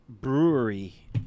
Brewery